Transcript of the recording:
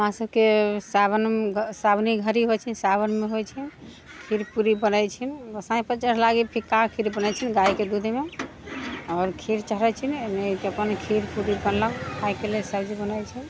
हमरा सभके सावन घ सावने घड़ी होइ छै सावनमे होइ छै खीर पूरी बनै छै गोसाइपर चढ़ै लागि फिक्का खीर बनै छै गायके दुधमे आओर खीर चढ़ै छै अइमे अइमेके अपन खीर पूरी बनलक खाइके लेल सब्जी बनै छै